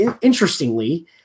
interestingly